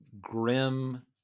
grim